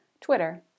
Twitter